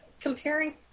comparing